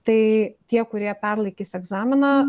tai tie kurie perlaikys egzaminą